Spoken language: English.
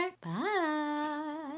Bye